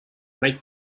may